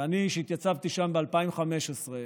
ואני, שהתייצבתי שם ב-2015,